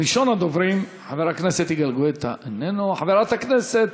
מס' 5801, 5820,